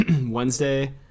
Wednesday